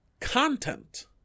content